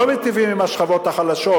לא מיטיבים עם השכבות החלשות.